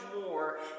more